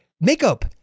makeup